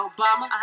Obama